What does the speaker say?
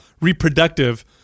reproductive